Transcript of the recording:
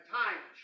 time